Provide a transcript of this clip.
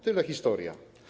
Tyle historia.